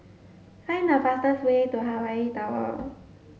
find the fastest way to Hawaii Tower